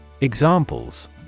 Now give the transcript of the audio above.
Examples